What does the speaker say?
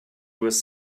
was